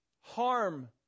harm